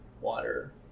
Water